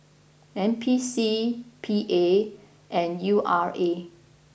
N P C P A and U R A